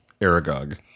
Aragog